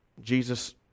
Jesus